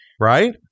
right